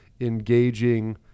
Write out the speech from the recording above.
engaging